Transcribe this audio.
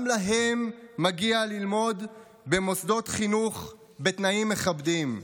גם להם מגיע ללמוד במוסדות חינוך בתנאים מכבדים.